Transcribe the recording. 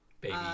baby